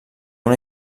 una